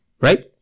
Right